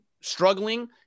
struggling